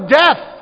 death